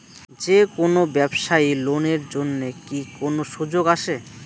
যে কোনো ব্যবসায়ী লোন এর জন্যে কি কোনো সুযোগ আসে?